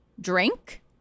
drink